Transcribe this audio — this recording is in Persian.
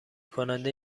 کنده